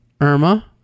IRMA